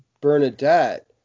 Bernadette